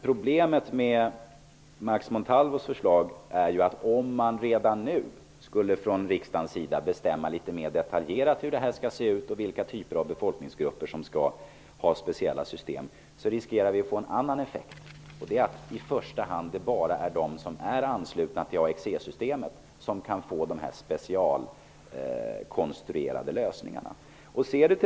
Problemet med Max Montalvos förslag är ju att om man redan nu skulle från riksdagens sida bestämma litet mera detaljerat hur det här skall se ut och vilka befolkningsgrupper som skall ha speciella system, riskerar vi att få en annan effekt, och det är att det i första hand är bara de som är anslutna till AXE systemet som kan få de specialkonstruerade lösningarna.